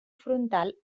frontal